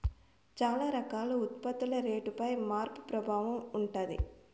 చాలా రకాల ఉత్పత్తుల రేటుపై మార్పు ప్రభావం ఉంటది